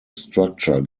structure